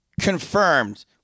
confirmed